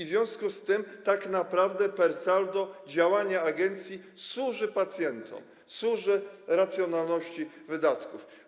W związku z tym tak naprawdę per saldo działanie agencji służy pacjentom, służy racjonalności wydatków.